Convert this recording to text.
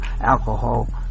alcohol